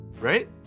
right